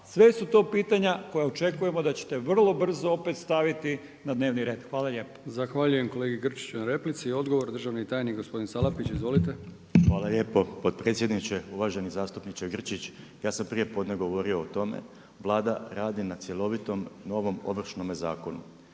sve su to pitanja koja očekujemo da ćete vrlo brzo opet staviti na dnevni red. Hvala lijepa. **Brkić, Milijan (HDZ)** Zahvaljujem kolegi Grčiću na replici. Odgovor državni tajnik gospodin Salapić. Izvolite. **Salapić, Josip (HDSSB)** hvala lijepo potpredsjedniče. Uvaženi zastupniče Grčić, ja sam prijepodne govorio o tome, Vlada radi na cjelovitom novom ovršnome zakonu.